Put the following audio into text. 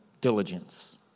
diligence